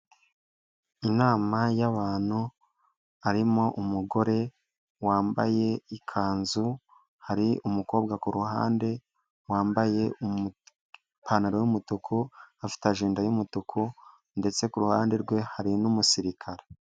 Inama y'abantu. Harimo umugore, wambaye ikanzu, hari umukobwa kuruhande, wambaye umu, ipantaro y'umutuku afite ajenda y'umutuku, ndetse kuruhande rwe hari n'umusirikare.